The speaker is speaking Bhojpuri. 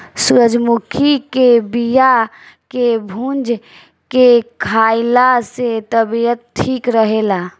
सूरजमुखी के बिया के भूंज के खाइला से तबियत ठीक रहेला